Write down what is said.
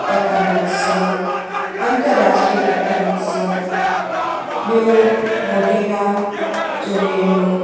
पतंग उत्सव अंतराष्ट्रीय पतंग उत्सव ॿियों मोढेरा जो मेलो